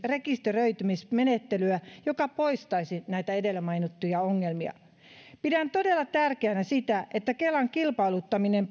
rekisteröitymismenettelyä joka poistaisi näitä edellä mainittuja ongelmia pidän todella tärkeänä sitä että kelan kilpailuttamien